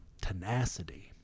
tenacity